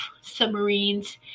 submarines